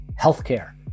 healthcare